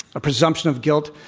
a presumption of guilt.